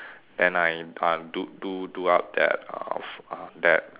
and I I do do do up that of that